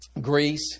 Greece